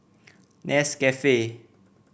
Nescafe